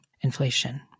inflation